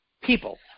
people